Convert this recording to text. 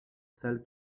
salle